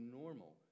normal